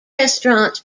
restaurants